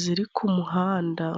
ziri ku muhanda.